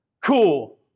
Cool